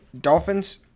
Dolphins